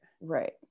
Right